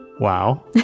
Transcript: Wow